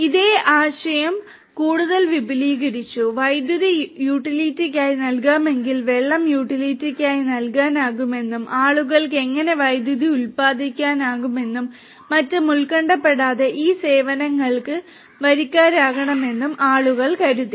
ഇതേ ആശയം കൂടുതൽ വിപുലീകരിച്ചു വൈദ്യുതി യൂട്ടിലിറ്റിയായി നൽകാമെങ്കിൽ വെള്ളം യൂട്ടിലിറ്റിയായി നൽകാനാകുമെന്നും ആളുകൾക്ക് എങ്ങനെ വൈദ്യുതി ഉത്പാദിപ്പിക്കാമെന്നും മറ്റും ഉത്കണ്ഠപ്പെടാതെ ഈ സേവനങ്ങൾക്ക് വരിക്കാരാകാമെന്നും ആളുകൾ കരുതി